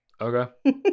Okay